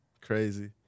crazy